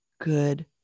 good